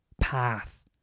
path